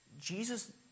Jesus